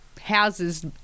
houses